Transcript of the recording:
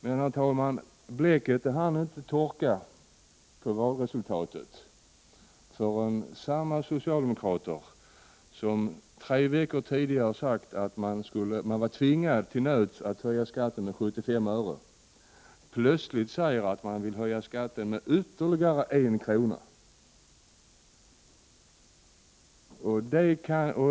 Men, herr talman, bläcket på valresultatet hade inte hunnit torka, förrän samma socialdemokrater, som tre veckor tidigare sagt att de var tvingade att till nöds höja skatten med 75 öre, plötsligt säger att man vill höja skatten med ytterligare 1 kr.